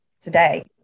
today